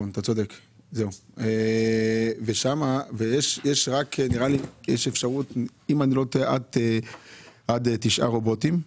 בחוק יש אפשרות עד 9 רובוטים.